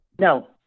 No